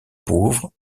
pauvres